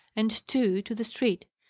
and two to the street.